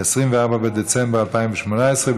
24 בדצמבר 2018,